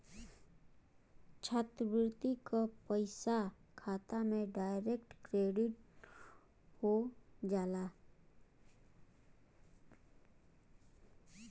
छात्रवृत्ति क पइसा खाता में डायरेक्ट क्रेडिट हो जाला